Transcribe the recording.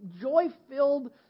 joy-filled